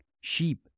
sheep